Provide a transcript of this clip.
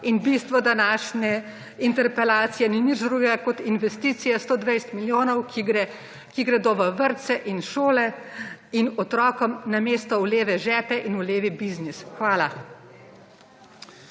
In bistvo današnje interpelacije ni nič drugega kot investicija 120 milijonov, ki gredo v vrtce in šole in otrokom, namesto v leve žepe in v levi biznis. Hvala.